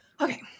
Okay